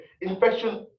Infection